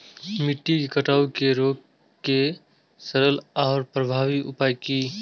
मिट्टी के कटाव के रोके के सरल आर प्रभावी उपाय की?